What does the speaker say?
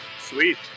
Sweet